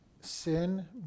Sin